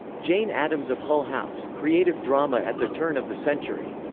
jane addams of hull-house creative drama at the turn of the century.